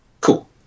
Cool